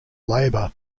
labour